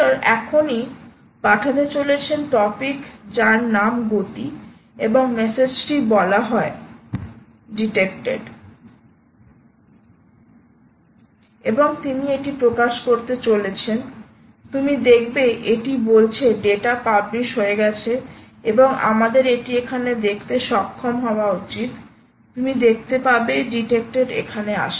এখনই তিনি পাঠাতে চলেছেন টপিক যার নাম গতি এবং মেসেজটি বলা হয় ছাত্র ডিটেকটেড ডিটেকটেড এবং তিনি এটি প্রকাশ করতে চলেছেন তুমি দেখবে এটি বলছে ডেটা পাবলিশ হয়ে গেছে এবং আমাদের এটি এখানে দেখতে সক্ষম হওয়া উচিত তুমি দেখতে পাবে ডিটেকটেড এখানে আসে